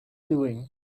doing